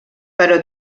però